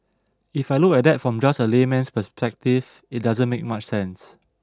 if I look at that from just a layman's perspective it doesn't make much sense